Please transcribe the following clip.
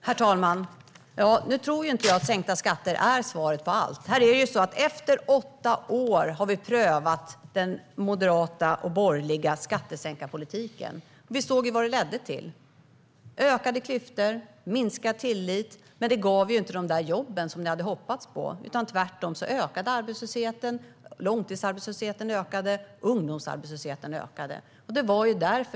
Herr talman! Nu tror inte jag att sänkta skatter är svaret på allt. Under åtta år har vi prövat den moderata och borgerliga skattesänkarpolitiken. Vi såg vad den ledde till: ökade klyftor och minskad tillit. Men den skapade inte jobben som ni hade hoppats på. Tvärtom ökade arbetslösheten, långtidsarbetslösheten och ungdomsarbetslösheten.